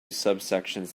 subsections